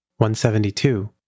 172